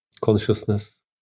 Consciousness